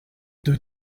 deux